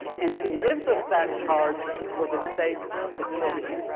and she gives us that charge for the sake of the children.